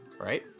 Right